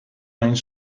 mijn